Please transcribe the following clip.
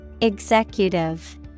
Executive